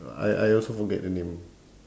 I I also forget the name